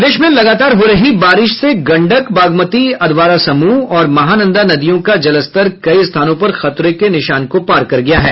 प्रदेश में लगातार हो रही बारिश से गंडक बागमती अधवारा समूह और महानंदा नदियों का जलस्तर कई स्थानों पर खतरे के निशान को पार कर गया है